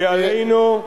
כי עלינו,